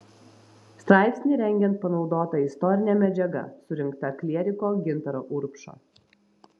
straipsnį rengiant panaudota istorinė medžiaga surinkta klieriko gintaro urbšo